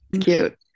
Cute